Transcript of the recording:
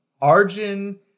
Arjun